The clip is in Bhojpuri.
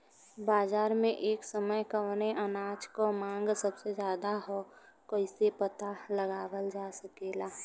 बाजार में एक समय कवने अनाज क मांग सबसे ज्यादा ह कइसे पता लगावल जा सकेला?